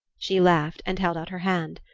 she laughed and held out her hand.